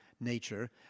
nature